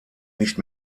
nicht